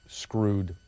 screwed